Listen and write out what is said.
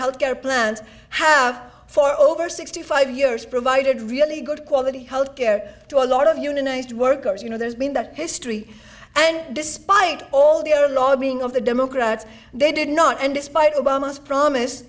health care plans have for over sixty five years provided really good quality health care to a lot of unionized workers you know there's been that history and despite all the other lobbying of the democrats they did not and despite obama's promise